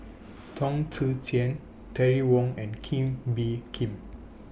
Chong Tze Chien Terry Wong and Kee Bee Khim